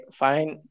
fine